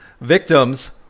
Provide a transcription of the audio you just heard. victims